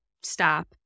stop